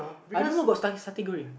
I don't know got satay Goreng